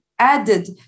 added